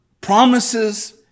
promises